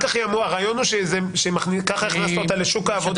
הרעיון הוא שככה הכנסת אותה לשוק העבודה,